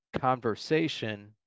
conversation